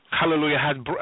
Hallelujah